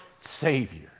Savior